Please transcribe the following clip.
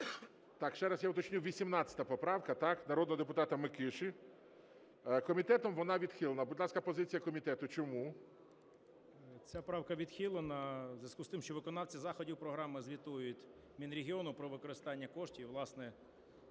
Так, ще раз я уточню, 18 поправка, так, народного депутата Микиші. Комітетом вона відхилена. Будь ласка, позиція комітету, чому. 12:57:02 ПРОЩУК Е.П. Ця правка відхилена в зв'язку із тим, що виконавці заходів програми звітують Мінрегіону про використання коштів, власне,